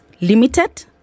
limited